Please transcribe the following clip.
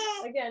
Again